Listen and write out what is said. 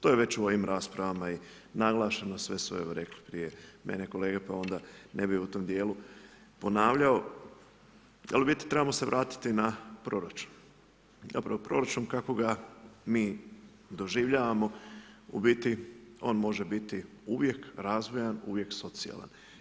To je već i u ovom raspravama i naglašeno, sve su evo, rekli, prije mene kolege, pa onda ne bi u tom dijelu ponavljao, ali u biti trebamo se vratiti na proračun, proračun kakvoga mi doživljavamo, u biti on može biti uvijek razvojan, uvijek socijalan.